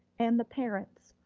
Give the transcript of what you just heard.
and the parents,